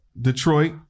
Detroit